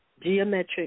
geometric